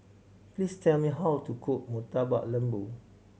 please tell me how to cook Murtabak Lembu